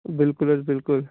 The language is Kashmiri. بلکُل حظ بلکُل